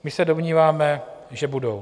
My se domníváme, že budou.